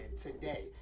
today